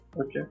okay